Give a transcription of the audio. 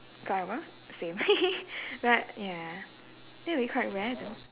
fly over same but ya that will be quite rare though